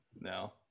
No